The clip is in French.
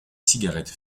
cigarettes